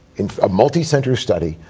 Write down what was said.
a multi-center study,